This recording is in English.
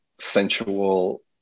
sensual